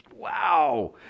Wow